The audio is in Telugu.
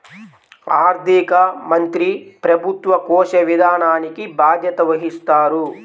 ఆర్థిక మంత్రి ప్రభుత్వ కోశ విధానానికి బాధ్యత వహిస్తారు